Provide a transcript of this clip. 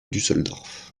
düsseldorf